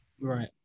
right